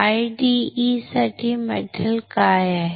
आता IDE साठी metal काय आहे